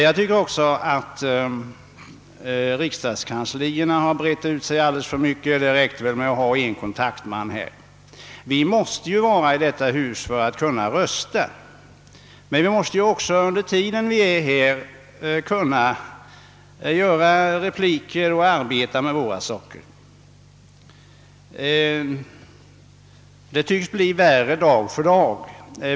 Enligt min uppfattning har också riksdagskanslierna brett ut sig alldeles för mycket och jag anser att det skulle räcka med en kontaktman här i riksdagshuset. Vi riksdagsmän måste ju vara här för att kunna rösta, men under tiden måste vi också förbereda anföranden och arbeta med andra angelägenheter. Förhållandena tycks bli värre dag för dag.